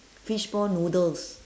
fishball noodles